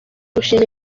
gushima